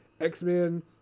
X-Men